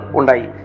undai